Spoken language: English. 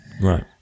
Right